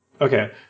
Okay